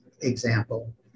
example